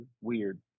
weird